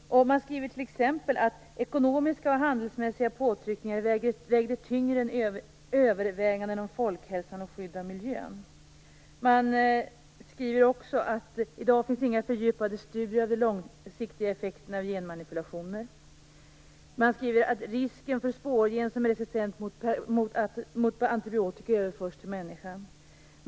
Man skriver t.ex. att ekonomiska och handelsmässiga påtryckningar vägde tyngre än överväganden om folkhälsan och skydd av miljön. Man skriver också att det i dag inte finns några fördjupade studier över de långsiktiga effekterna av genmanipulationer. Man skriver att det finns risk för att en spårgen som är resistent mot antibiotika överförs till människan.